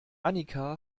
annika